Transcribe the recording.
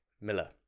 Miller